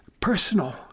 personal